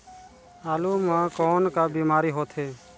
आलू म कौन का बीमारी होथे?